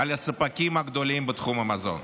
על הספקים הגדולים בתחום המזון.